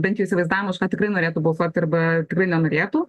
bent jau įsivaizdavimą už ką tikrai norėtų balsuot arba tikrai nenorėtų